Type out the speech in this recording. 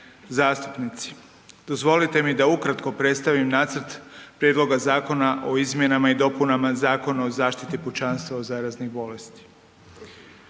zastupnici, dozvolite mi da ukratko predstavim Nacrt Prijedloga Zakona o izmjenama i dopunama Zakona o zaštiti pučanstva od zaraznih bolesti.